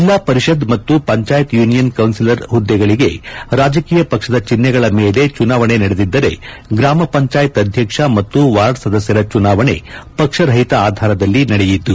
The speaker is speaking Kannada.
ಜಿಲ್ಲಾ ಪರಿಷದ್ ಮತ್ತು ಪಂಚಾಯತ್ ಯೂನಿಯನ್ ಕೌನ್ಬಿಲರ್ ಹುದ್ದೆಗಳಿಗೆ ರಾಜಕೀಯ ಪಕ್ಷದ ಚಿಹ್ನೆಗಳ ಮೇಲೆ ಚುನಾವಣೆ ನಡೆದಿದ್ದರೆ ಗ್ರಾಮ ಪಂಚಾಯತ್ ಅಧ್ಯಕ್ಷ ಮತ್ತು ವಾರ್ಡ್ ಸದಸ್ಯರ ಚುನಾವಣೆ ಪಕ್ಷ ರಹಿತ ಆಧಾರದಲ್ಲಿ ನಡೆಯಿತು